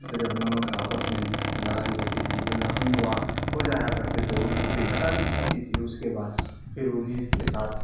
تو جب دونوں کا آپس میں لڑائی ہوتی تھی جو زخمی ہوا ہو جایا کرتے تھے ان کو پھر ہٹا دی جاتی تھی اس کے بعد پھر انہیں کے ساتھ